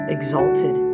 Exalted